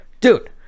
Dude